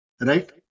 right